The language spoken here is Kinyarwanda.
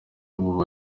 ubu